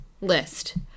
list